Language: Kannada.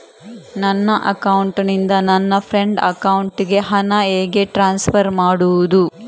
ನನ್ನ ಅಕೌಂಟಿನಿಂದ ನನ್ನ ಫ್ರೆಂಡ್ ಅಕೌಂಟಿಗೆ ಹಣ ಹೇಗೆ ಟ್ರಾನ್ಸ್ಫರ್ ಮಾಡುವುದು?